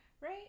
Right